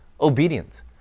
Obedient